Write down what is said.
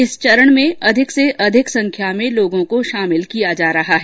इस चरण में अधिक संख्या में लोगों को शामिल किया जा रहा है